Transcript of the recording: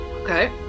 Okay